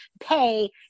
pay